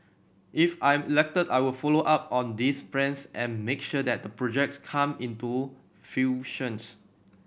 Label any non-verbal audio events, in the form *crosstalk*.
if I'm elected I will follow up on these plans and make sure that the projects come into fruition *unintelligible*